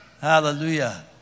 Hallelujah